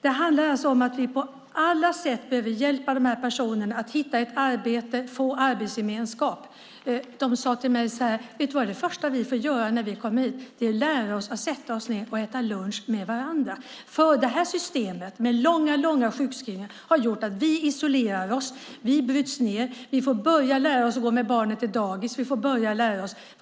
Det handlar alltså om att vi på alla sätt behöver hjälpa de här personerna att hitta ett arbete och få arbetsgemenskap. De sade till mig: Vet du vad det första är som vi får göra när vi kommer hit? Det är att lära oss att sätta oss ned och äta lunch med varandra, för systemet med långa sjukskrivningar har gjort att vi isolerat oss och brutits ned. Vi får börja lära oss att gå med barnen till dagis.